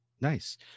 Nice